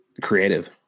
creative